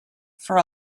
for